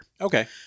Okay